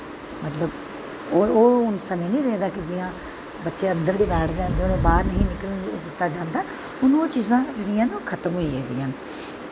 मतलब ओह् हून समें निं रेह्दा कि बच्चें अन्दर गै बैठदे न बाह्र नेईं ही निकलना दित्ता जंदा हून ओह् चीज़ां जेह्ड़ियां न ओह् खत्म होई गेदियां न